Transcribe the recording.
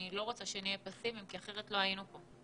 אני לא רוצה שנהיה פסימיים כי אחרת לא היינו כאן.